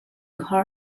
her